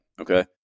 Okay